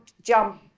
jump